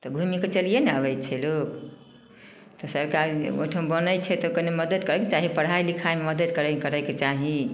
तऽ घुमिके चलिए नहि अबै छै लोक तऽ सरकार ओहिठाम बनै छै तऽ कनि मदद करैके चाही पढ़ाइ लिखाइमे मदद करैके करैके चाही